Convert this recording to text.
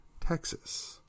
Texas